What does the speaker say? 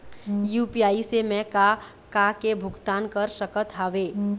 UPI से मैं का का के भुगतान कर सकत हावे?